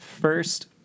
first